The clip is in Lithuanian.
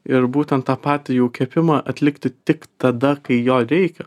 ir būtent tą patį jau kepimą atlikti tik tada kai jo reikia